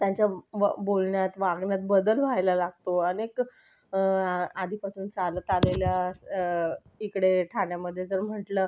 त्यांच्या बोलण्यात वागण्यात बदल व्हायला लागतो अनेक आधीपासून चालत आलेल्या इकडे ठाण्यामध्ये जर म्हटलं